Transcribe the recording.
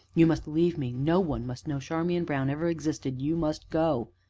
you must leave me no one must know charmian brown ever existed you must go!